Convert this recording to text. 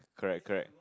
correct correct